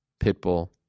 Pitbull